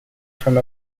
from